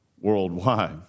worldwide